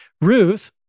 Ruth